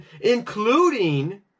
including